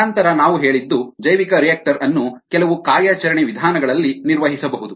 ನಂತರ ನಾವು ಹೇಳಿದ್ದು ಜೈವಿಕರಿಯಾಕ್ಟರ್ ಅನ್ನು ಕೆಲವು ಕಾರ್ಯಾಚರಣೆ ವಿಧಾನಗಳಲ್ಲಿ ನಿರ್ವಹಿಸಬಹುದು